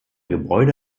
gebäude